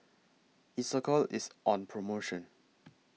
Isocal IS on promotion